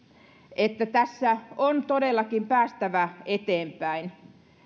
että tässä on todellakin päästävä eteenpäin